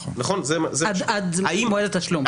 מועד התשלום.